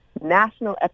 national